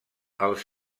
els